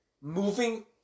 moving